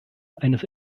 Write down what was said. eines